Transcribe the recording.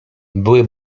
były